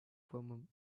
form